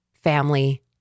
family